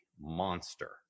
monster